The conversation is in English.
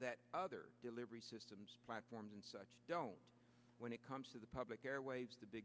that other delivery systems platforms and such don't when it comes to the public airwaves the big